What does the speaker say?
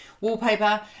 wallpaper